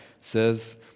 says